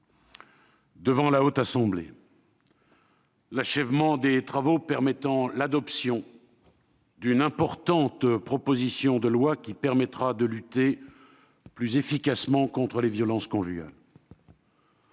devant le Sénat l'achèvement des travaux permettant l'adoption d'une importante proposition de loi, qui permettra de lutter plus efficacement contre les violences conjugales.